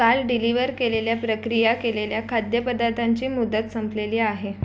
काल डिलिवर केलेल्या प्रक्रिया केलेल्या खाद्यपदार्थांची मुदत संपलेली आहे